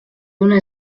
una